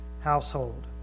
household